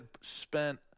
spent